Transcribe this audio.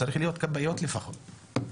צריך להיות כבאיות לפחות,